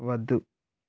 వద్దు